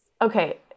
okay